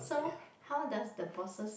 so how does the bosses